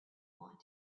want